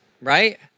right